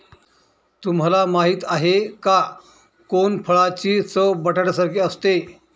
तुम्हाला माहिती आहे का? कोनफळाची चव बटाट्यासारखी असते